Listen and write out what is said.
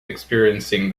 experiencing